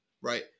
Right